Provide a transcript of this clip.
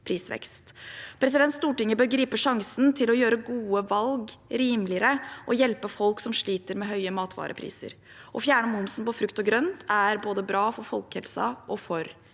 prisvekst. Stortinget bør gripe sjansen til å gjøre gode valg rimeligere og hjelpe folk som sliter med høye matvarepriser. Å fjerne momsen på frukt og grønt er bra både for folkehelsen og for